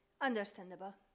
Understandable